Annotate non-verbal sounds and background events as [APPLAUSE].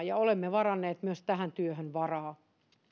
[UNINTELLIGIBLE] ja olemme varanneet myös tähän työhön varoja